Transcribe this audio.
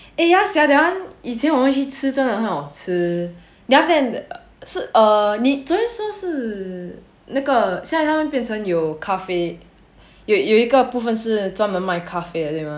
eh ya sia that one 以前我们去吃真的很好吃 then after that 是 err 你昨天说是 那个现在它变成有咖啡有一个部分是专门卖咖啡的对吗